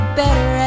better